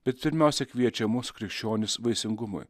bet pirmiausia kviečia mus krikščionis vaisingumui